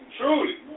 truly